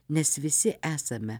nes visi esame